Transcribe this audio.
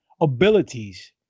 abilities